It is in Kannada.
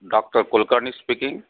doctor Kulkarni speaking